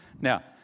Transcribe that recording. now